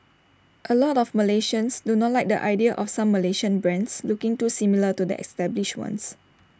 A lot of Malaysians do not like the idea of some Malaysian brands looking too similar to the established ones